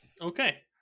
Okay